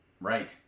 Right